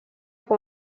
com